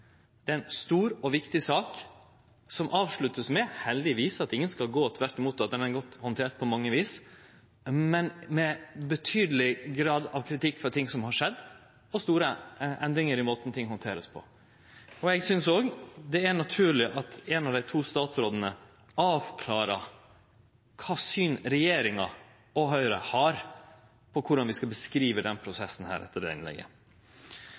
det er ein betydeleg grad av kritikk for ting som har skjedd, og det er store endringar i måten ting vert handterte på. Eg synest òg det er naturleg at ein av dei to statsrådane avklarar kva syn regjeringa og Høgre har på korleis vi skal beskrive denne prosessen etter det innlegget.